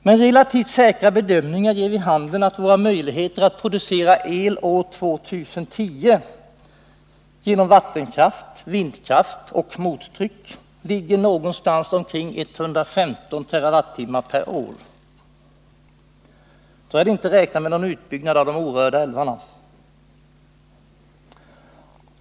Men relativt säkra bedömningar ger vid handen att våra möjligheter att producera el år 2010 genom vattenkraft, vindkraft och mottryck ligger någonstans omkring 115 TWh/år. Då har man inte räknat med någon utbyggnad av de orörda älvarna.